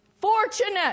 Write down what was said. fortunate